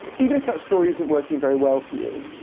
even if that story isn't working very well for you,